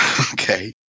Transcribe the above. Okay